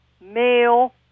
male